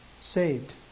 saved